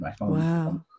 Wow